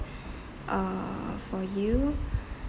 uh for you